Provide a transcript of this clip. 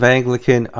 Anglican